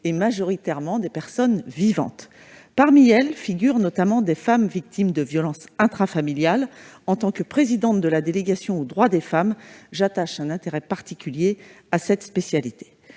et majoritairement des personnes vivantes. Parmi elles figurent notamment les femmes victimes de violences intrafamiliales. En tant que présidente de la délégation aux droits des femmes et à l'égalité des chances